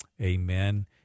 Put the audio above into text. Amen